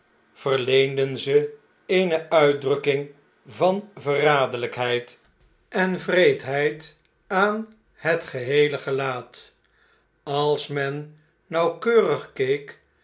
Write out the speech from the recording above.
verleenden ze eene uitdrukking van verraderljjkheid en wreedheid aan het heele gelaat als men nauwkeurig